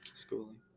schooling